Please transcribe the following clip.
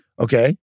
Okay